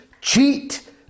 cheat